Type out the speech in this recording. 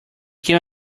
came